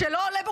שלא עולה בו,